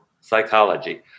psychology